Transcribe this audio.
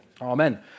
Amen